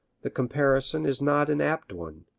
the comparison is not an apt one.